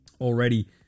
already